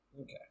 okay